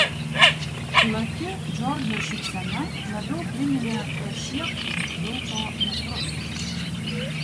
plati džordžo šypsena labiau priminė prašieptus vilko nasrus